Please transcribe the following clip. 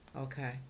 Okay